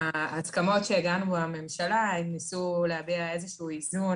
ההסכמות שהגענו אליהן בממשלה ניסו להביע איזשהו איזון